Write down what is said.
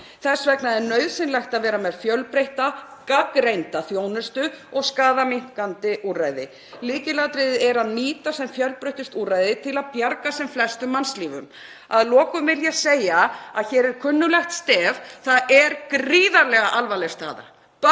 Þess vegna er nauðsynlegt að vera með fjölbreytta gagnreynda þjónustu og skaðaminnkandi úrræði. Lykilatriðið er að nýta sem fjölbreyttust úrræði til að bjarga sem flestum mannslífum. Að lokum vil ég segja að hér er kunnuglegt stef. Það er gríðarlega alvarleg staða.